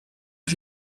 are